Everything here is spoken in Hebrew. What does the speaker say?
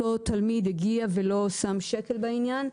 אותו תלמיד הגיע ולא שם שקל בעניין.